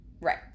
Right